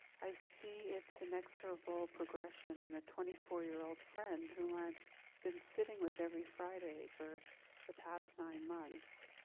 i see it's inexorable progression and a twenty four year old friend who i've been sitting with every friday for the past nine months.